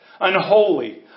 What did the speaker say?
unholy